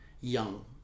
Young